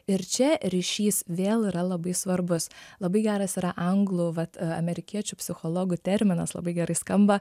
ir čia ryšys vėl yra labai svarbus labai geras yra anglų vat amerikiečių psichologų terminas labai gerai skamba